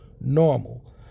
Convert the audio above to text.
normal